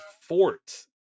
Fort